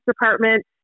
department